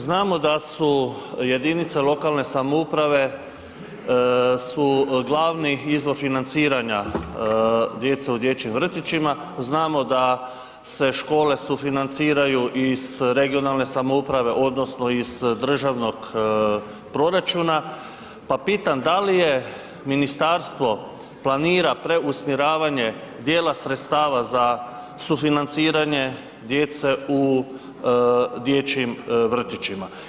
Znamo da su jedinice lokalne samouprave su glavni izvor financiranja djece u dječjim vrtićima, znamo da se škole sufinanciraju iz regionalne samouprave odnosno iz državnog proračuna, pa pitam da li je ministarstvo planira preusmjeravanje dijela sredstava za sufinanciranje djece u dječjim vrtićima?